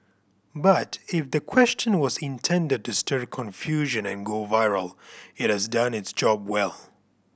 but if the question was intended to stir confusion and go viral it has done its job well